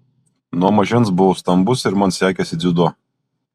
nuo mažens buvau stambus ir man sekėsi dziudo